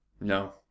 no